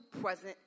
present